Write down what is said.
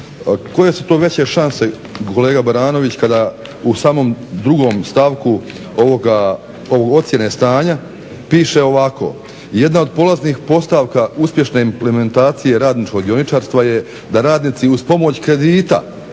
Koje su to veće šanse kolega Baranović kada u samom drugom stavku ove ocjene stanje piše ovako: „Jedne od polaznih postavka uspješne implementacije radničkog dioničarstva je da radnici uz pomoć kredita